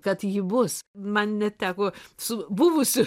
kad ji bus man neteko su buvusiu